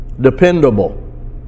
dependable